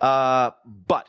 ah but